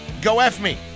GoFMe